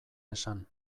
esan